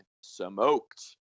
smoked